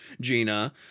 Gina